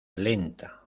lenta